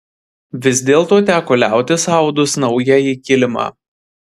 vis dėlto teko liautis audus naująjį kilimą